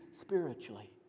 spiritually